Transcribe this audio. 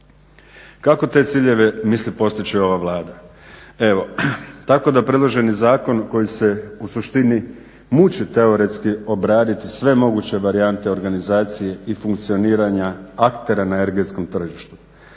Kako te ciljeve misli postići ova Vlada? Tako da predloženi zakon koji se u suštini muči teoretski obraditi sve moguće varijante organizacije i funkcioniranja aktera na energetskom tržištu,